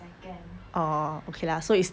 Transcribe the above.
okay lah so it's